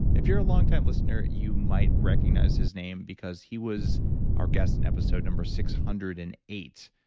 if you're a longtime listener, you might recognize his name because he was our guest in episode number six hundred and eight,